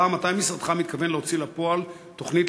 4. מתי משרדך מתכוון להוציא לפועל תוכנית